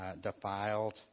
defiled